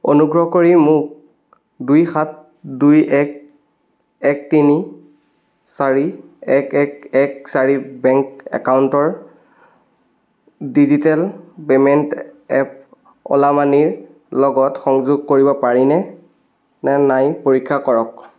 অনুগ্ৰহ কৰি মোক দুই সাত দুই এক এক তিনি চাৰি এক এক এক চাৰি বেংক একাউণ্টৰ ডিজিটেল পে'মেণ্ট এপ অ'লা মানিৰ লগত সংযোগ কৰিব পাৰিনে নে নাই পৰীক্ষা কৰক